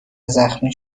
زخمی